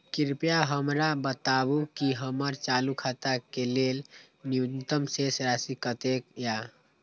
कृपया हमरा बताबू कि हमर चालू खाता के लेल न्यूनतम शेष राशि कतेक या